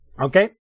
Okay